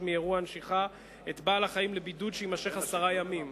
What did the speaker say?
מאירוע הנשיכה את בעל-החיים לבידוד שיימשך עשרה ימים.